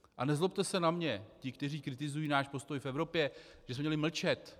A nezlobte se na mě ti, kteří kritizují náš postoj v Evropě, že jsme měli mlčet.